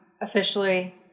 officially